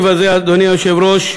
אדוני היושב-ראש,